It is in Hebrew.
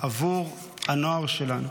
עבור הנוער שלנו.